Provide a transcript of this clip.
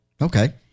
Okay